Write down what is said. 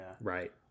right